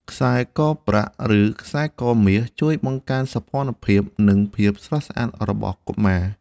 ខ្សែកប្រាក់ ឬខ្សែកមាស ជួយបង្កើនសោភ័ណភាព និងភាពស្រស់ស្អាតរបស់កុមារ។